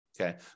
Okay